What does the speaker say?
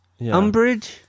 Umbridge